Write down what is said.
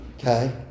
Okay